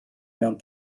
mewn